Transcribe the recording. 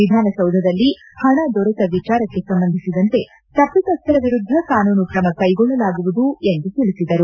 ವಿಧಾನಸೌಧದಲ್ಲಿ ಹಣ ದೊರೆತ ವಿಚಾರಕ್ಕೆ ಸಂಬಂಧಿಸಿದಂತೆ ತಷ್ಷಿತಸ್ಥರ ವಿರುದ್ಧ ಕಾನೂನು ಕ್ರಮ ಕೈಗೊಳ್ಳಲಾಗುವುದು ಎಂದು ತಿಳಿಸಿದರು